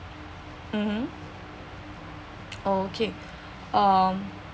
mmhmm okay um